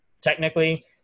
technically